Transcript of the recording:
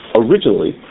originally